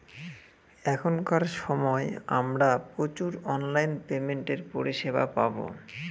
এখনকার সময় আমরা প্রচুর অনলাইন পেমেন্টের পরিষেবা পাবো